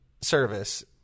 service